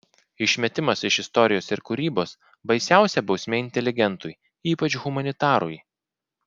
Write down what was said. išmetimas iš istorijos ir kūrybos baisiausia bausmė inteligentui ypač humanitarui